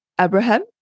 Abraham